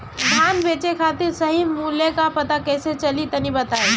धान बेचे खातिर सही मूल्य का पता कैसे चली तनी बताई?